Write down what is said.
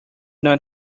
not